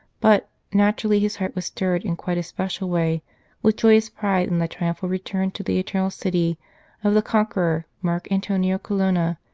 but, naturally, his heart was stirred in quite a special way with joyous pride in the triumphal return to the eternal city of the conqueror marc antonio colonna,